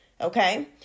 okay